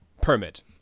permit